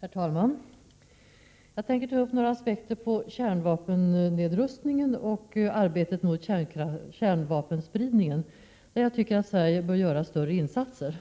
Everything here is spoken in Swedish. Herr talman! Jag tänker ta upp några aspekter på kärnvapennedrustningen och arbetet mot kärnvapenspridningen. Det gäller områden där jag tycker att Sverige bör göra större insatser.